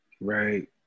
Right